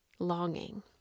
longing